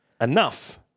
enough